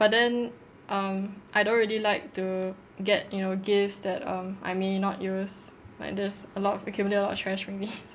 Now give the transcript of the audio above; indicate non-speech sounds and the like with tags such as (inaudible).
but then um I don't really like to get you know gifts that um I may not use like there's a lot of accumulate of lot of trash maybe (breath) so